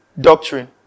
doctrine